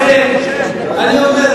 לכן אני אומר,